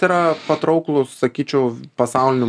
yra patrauklūs sakyčiau pasauliniu